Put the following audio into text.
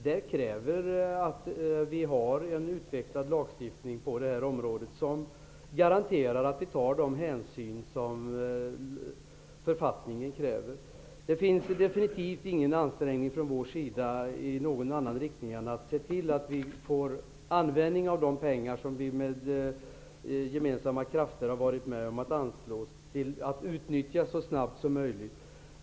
Det kräver att vi har en utvecklad lagstiftning på det här området som garanterar att vi tar de hänsyn som författningen kräver. Det finns definitivt ingen ansträngning från vår sida i någon annan riktning än att se till att vi får användning för de pengar som vi med gemensamma krafter har anslagit. De bör utnyttjas så snabbt som möjligt.